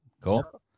Cool